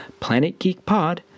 planetgeekpod